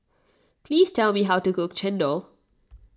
please tell me how to cook Chendol